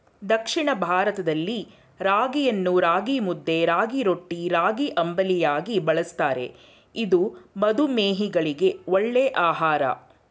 ದಕ್ಷಿಣ ಭಾರತದಲ್ಲಿ ರಾಗಿಯನ್ನು ರಾಗಿಮುದ್ದೆ, ರಾಗಿರೊಟ್ಟಿ, ರಾಗಿಅಂಬಲಿಯಾಗಿ ಬಳ್ಸತ್ತರೆ ಇದು ಮಧುಮೇಹಿಗಳಿಗೆ ಒಳ್ಳೆ ಆಹಾರ